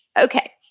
okay